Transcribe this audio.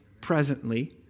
presently